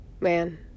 Man